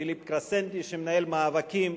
כאשר הוא לא ראה אפילו את הדוח בן 50 העמודים,